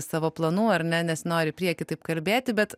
savo planų ar ne nesinori į priekį taip kalbėti bet